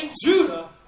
Judah